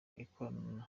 ikorana